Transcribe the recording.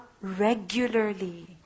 regularly